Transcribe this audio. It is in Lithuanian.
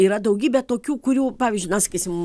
yra daugybė tokių kurių pavyzdžiui na sakysim